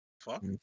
Fuck